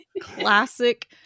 classic